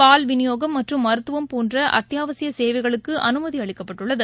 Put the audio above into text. பால் விநியோகம் மற்றும் மருத்துவம் போன்றஅத்தியாவசியசேவைகளுக்குஅனுமதிஅளிக்கப்பட்டுள்ளது